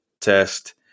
test